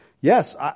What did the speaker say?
Yes